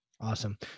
Awesome